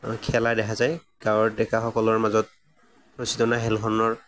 খেলা দেখা যায় গাঁৱৰ ডেকাসকলৰ মাজত ৰচী টনা খেলখনৰ